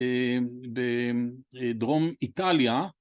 בדרום איטליה.